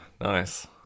nice